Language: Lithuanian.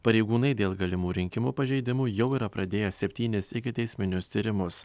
pareigūnai dėl galimų rinkimų pažeidimų jau yra pradėję septynis ikiteisminius tyrimus